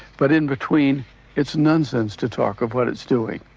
but in between it's nonsense to talk of what it's doing.